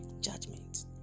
judgment